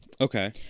Okay